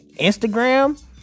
Instagram